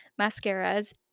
mascaras